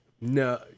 No